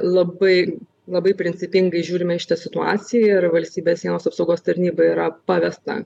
labai labai principingai žiūrime į šitą situaciją ir valstybės sienos apsaugos tarnybai yra pavesta